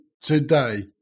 today